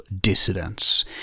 dissidents